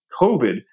COVID